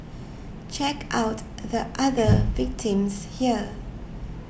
check out the other victims here